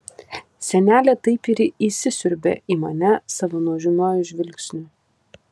senelė taip ir įsisiurbė į mane savo nuožmiuoju žvilgsniu